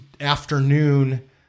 afternoon